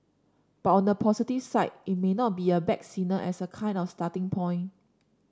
but on the positive side it may not be a bad signal as a kind of starting point